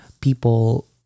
people